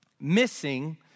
missing